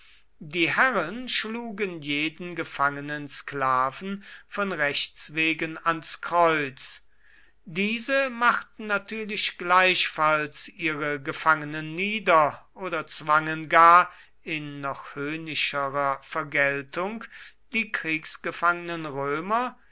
die herren schlugen jeden gefangenen sklaven von rechts wegen ans kreuz diese machten natürlich gleichfalls ihre gefangenen nieder oder zwangen gar in noch höhnischerer vergeltung die kriegsgefangenen römer